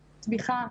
תמיכה,